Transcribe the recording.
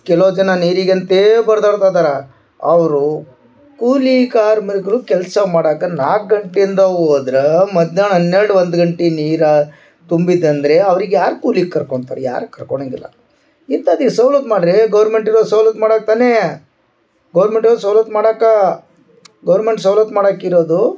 ಕೆಲೊ ಜನ ನೀರಿಗ ಅಂತೇಳಿ ಬಡ್ದಾಡ್ತಾಯಿದ್ದಾರ ಅವರು ಕೂಲಿ ಕಾರ್ಮಿಕರು ಕೆಲಸ ಮಾಡಾಕ ನಾಲ್ಕು ಗಂಟೆಯಿಂದ ಹೋದ್ರಾ ಮಧ್ಯಾಹ್ನ ಹನ್ನೆರಡು ಒಂದು ಗಂಟೆ ನೀರಾ ತುಂಬಿದಂದರೆ ಅವ್ರಿಗ ಯಾರು ಕೂಲಿಗ ಕರ್ಕೊಂತಾರ ಯಾರು ಕರ್ಕೊಳಂಗಿಲ್ಲ ಇಂಥದೆ ಸೌಲತ್ ಮಾಡ್ರಿ ಗೌರ್ಮೆಂಟ್ ಇರೋದು ಸೌಲತ್ ಮಾಡಕ ತಾನೆಯ ಗೌರ್ಮೆಂಟ್ ಇರೋದ್ ಸೌಲತ್ ಮಾಡಕ ಗೌರ್ಮೆಂಟ್ ಸೌಲತ್ ಮಾಡಾಕ ಇರೋದು